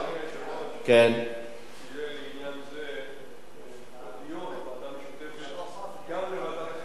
שיהיה בעניין זה דיון בוועדה המשותפת גם לוועדת החינוך של הכנסת.